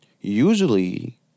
Usually